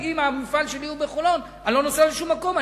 אם המפעל שלי בחולון אני לא נוסע לשום מקום,